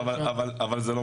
משנה.